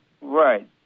Right